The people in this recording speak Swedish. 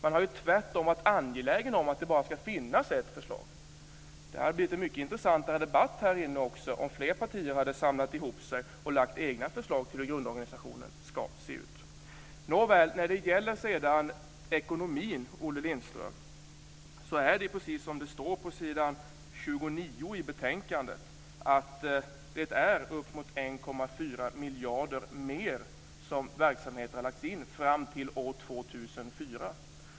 Tvärtom har man varit angelägen om att det bara ska finnas ett förslag. Men det skulle ha blivit en mycket intressantare debatt här i kammaren om fler partier hade samlat sig och lagt fram egna förslag om hur grundorganisationen ska se ut. Nåväl, när det sedan gäller ekonomin, Olle Lindström, är det precis som det står på s. 29 i betänkandet, att det är uppemot 1,4 miljarder mer som lagts in när det gäller verksamheten fram till år 2004.